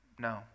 No